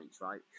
right